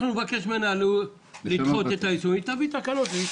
אנחנו נבקש לדחות את היישום והשר יביא תקנות ליישום.